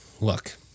Look